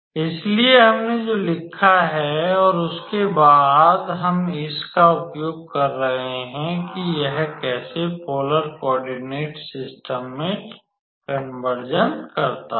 इसलिए हमने जो लिखा है और उसके बाद हम इसका उपयोग कर रहे हैं कि यह कैसे पोलर कौर्डिनेट सिस्टम में रूपांतरण करता है